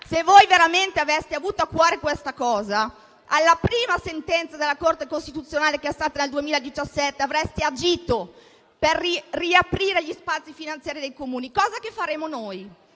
Se voi veramente aveste avuto a cuore questa cosa, alla prima sentenza della Corte costituzionale del 2017 avreste agito per riaprire gli spazi finanziari dei Comuni, cosa che faremo noi